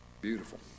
beautiful